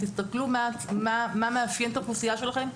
תסתכלו מה מאפיין את האוכלוסייה שלכם,